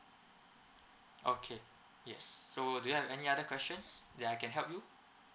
okay yes so do you have any other questions that I can help you